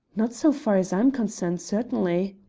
not so far as i am concerned, certainly.